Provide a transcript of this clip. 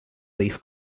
leaf